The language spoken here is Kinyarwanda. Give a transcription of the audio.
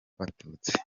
abatutsi